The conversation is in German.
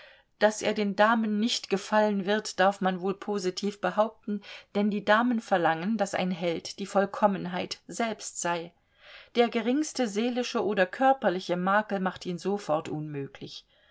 daß er den damen nicht gefallen wird darf man wohl positiv behaupten denn die damen verlangen daß ein held die vollkommenheit selbst sei der geringste seelische oder körperliche makel macht ihn sofort unmöglich